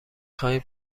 خواهیم